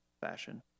fashion